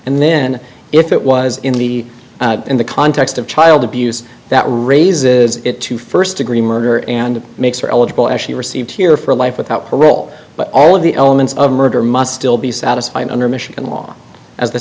and then if it was in the in the context of child abuse that raises it to first degree murder and makes her eligible actually receive here for life without parole but all of the elements of murder must still be satisfied under michigan law as the